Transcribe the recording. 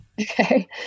Okay